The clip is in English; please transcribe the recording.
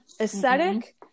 aesthetic